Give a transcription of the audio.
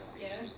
Yes